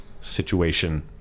situation